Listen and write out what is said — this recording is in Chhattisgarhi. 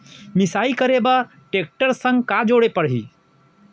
मिसाई करे बर टेकटर संग का जोड़े पड़ही?